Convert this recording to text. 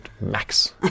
max